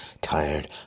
tired